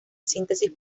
síntesis